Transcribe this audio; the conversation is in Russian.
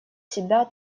себя